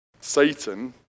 Satan